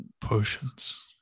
potions